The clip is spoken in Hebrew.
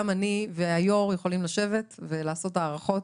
גם אני והיו"ר יכולים לשבת ולעשות הערכות